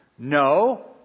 No